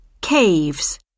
Caves